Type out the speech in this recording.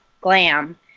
glam